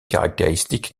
caractéristique